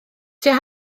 tua